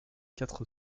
quatre